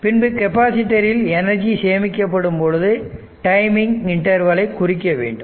பின்பு கெப்பாசிட்டர்ல் எனர்ஜி சேமிக்க படும் பொழுது டைமிங் இன்டர்வல்ஐ குறிக்க வேண்டும்